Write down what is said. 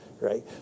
right